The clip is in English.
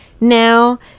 now